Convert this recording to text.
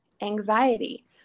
anxiety